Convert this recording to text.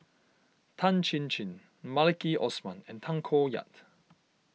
Tan Chin Chin Maliki Osman and Tay Koh Yat